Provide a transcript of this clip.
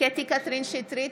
קטי קטרין שטרית,